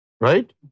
right